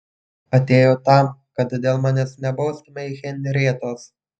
atėjau tam kad dėl manęs nebaustumei henrietos